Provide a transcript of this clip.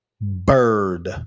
Bird